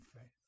faith